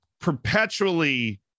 perpetually